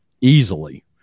easily